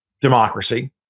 democracy